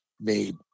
made